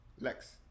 Lex